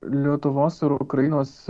lietuvos ir ukrainos